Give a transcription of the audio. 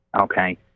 okay